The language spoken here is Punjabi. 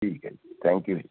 ਠੀਕ ਹੈ ਜੀ ਥੈਂਕ ਯੂ ਜੀ